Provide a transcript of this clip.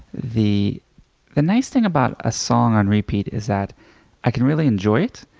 the the nice thing about a song on repeat is that i can really enjoy it,